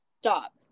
stop